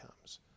comes